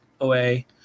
away